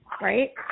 right